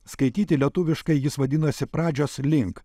skaityti lietuviškai jis vadinasi pradžios link